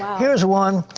here is one.